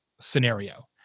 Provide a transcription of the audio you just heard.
scenario